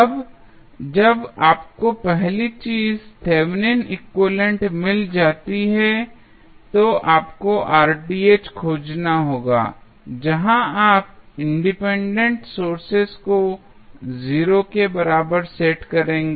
अब जब आपको पहली चीज़ थेवेनिन एक्विवैलेन्ट Thevenins equivalent मिल जाती है तो आपको खोजना होगा जहां आप इंडिपेंडेंट सोर्सेज को 0 के बराबर सेट करेंगे